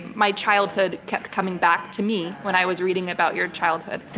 my childhood kept coming back to me when i was reading about your childhood.